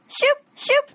Shoop-shoop